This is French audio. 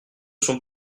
sont